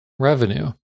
Revenue